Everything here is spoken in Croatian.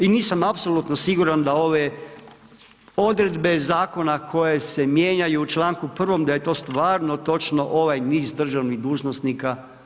I nisam apsolutno siguran da ove odredbe zakona, koje se mijenjaju u čl. 1. da je to stvarno točno, ovaj niz državnih dužnosnika.